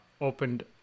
opened